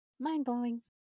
Mind-blowing